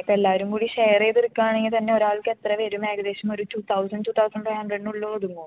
ഇപ്പോൾ എല്ലാവരും കൂടി ഷെയർ ചെയ്ത് എടുക്കുകയാണെങ്കിൽ തന്നെ ഒരാൾക്ക് എത്ര വരും ഏകദേശം ഒരു two thousand two thousand five ഹണ്ട്രഡിന് ഉള്ളിൽ ഒതുങ്ങുമോ